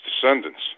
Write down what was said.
descendants